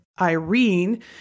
Irene